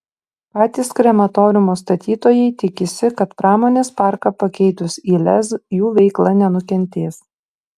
patys krematoriumo statytojai tikisi kad pramonės parką pakeitus į lez jų veikla nenukentės